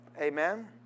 amen